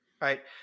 right